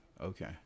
Okay